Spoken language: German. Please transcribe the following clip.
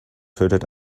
tötet